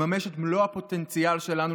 לממש את מלוא הפוטנציאל שלנו,